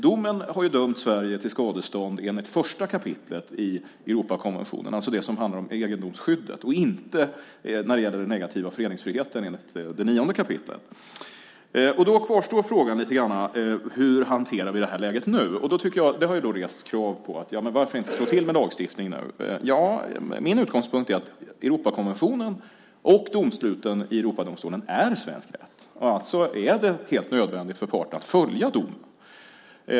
Domen har dömt Sverige till skadestånd enligt 1 kap. i Europakonventionen, alltså det som handlar om egendomsskyddet, och inte när det gäller den negativa föreningsfriheten enligt 9 kap. Då kvarstår frågan hur vi hanterar det här läget nu. Det har rests krav på att vi ska slå till med lagstiftning nu. Min utgångspunkt är att Europakonventionen och domsluten i Europadomstolen är svensk rätt. Det är alltså helt nödvändigt för parterna att följa domen.